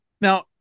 Now